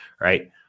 right